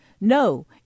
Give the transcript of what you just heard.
No